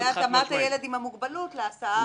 לגבי התאמת הילד עם המוגבלות להסעה הרגילה.